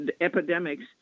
epidemics